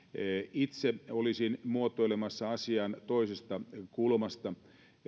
itse olisin muotoilemassa asian toisesta kulmasta